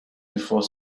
before